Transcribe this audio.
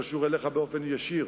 קשור אליך באופן ישיר,